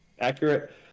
accurate